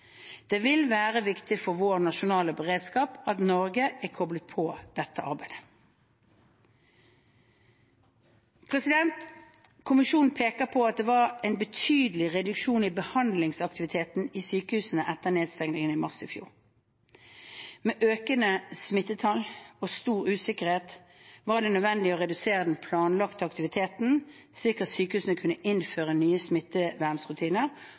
Det vil være viktig for vår nasjonale beredskap at Norge er koblet på dette arbeidet. Kommisjonen peker på at det var en betydelig reduksjon i behandlingsaktiviteten i sykehusene etter nedstengningen i mars i fjor. Med økende smittetall og stor usikkerhet var det nødvendig å redusere den planlagte aktiviteten, slik at sykehusene kunne innføre nye